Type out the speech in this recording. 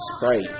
Sprite